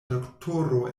doktoro